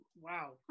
Wow